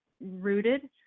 rooted